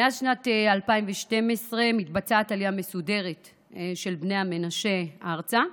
מאז שנת 2012 מתבצעת עלייה מסודרת של בני המנשה ארצה,